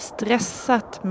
Stressat